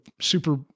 super